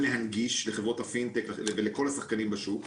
להנגיש לחברות הפינטק ולכל השחקנים בשוק,